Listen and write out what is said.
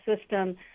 system